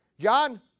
John